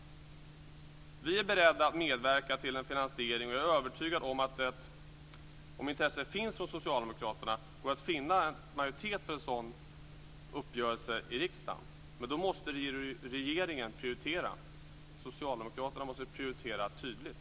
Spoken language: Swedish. Vi är beredda att medverka till en finansiering. Jag är övertygad om att om intresse finns hos socialdemokraterna, går det att finna en majoritet för en sådan uppgörelse i riksdagen, men då måste regeringen prioritera. Socialdemokraterna måste prioritera tydligt.